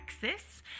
Texas